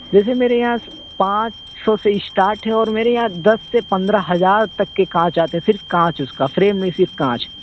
جیسے میرے یہاں پانچ سو سے اسٹارٹ ہے اور میرے یہاں دس سے پندرہ ہزار تک کے کانچ آتے ہیں صرف کانچ اس کا فریم نہیں صرف کانچ